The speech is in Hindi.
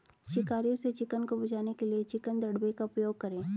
शिकारियों से चिकन को बचाने के लिए चिकन दड़बे का उपयोग करें